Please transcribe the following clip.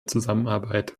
zusammenarbeit